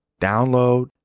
Download